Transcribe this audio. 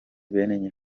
bene